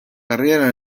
carriera